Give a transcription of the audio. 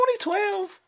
2012